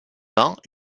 ans